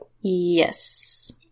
Yes